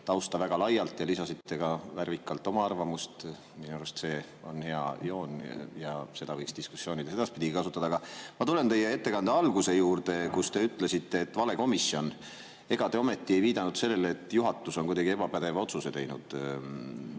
tausta väga laialt ja lisasite värvikalt ka oma arvamust. Minu arust see on hea joon ja seda võiks diskussioonides edaspidigi kasutada. Aga ma tulen teie ettekande alguse juurde, kus te ütlesite, et vale komisjon. Ega te ometi ei viidanud sellele, et juhatus on ebapädeva otsuse teinud?